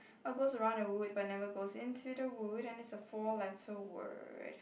what goes around the wood but never goes into the wood and it's a four letter word